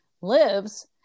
lives